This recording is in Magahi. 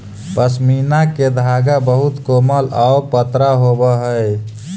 पशमीना के धागा बहुत कोमल आउ पतरा होवऽ हइ